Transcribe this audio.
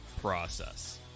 process